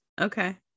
okay